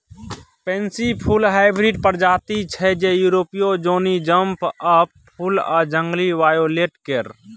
pansy फुल hybrid प्रजाति छै जे युरोपीय जौनी जंप अप फुल आ जंगली वायोलेट केर